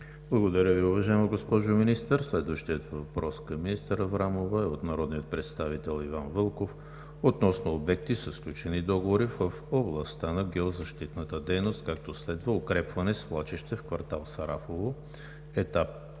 Благодаря Ви, уважаема госпожо Министър. Следващият въпрос към министър Аврамова е от народния представител Иван Вълков относно обекти със сключени договори в областта на геозащитната дейност, както следва: „Укрепване свлачище в квартал „Сарафово“,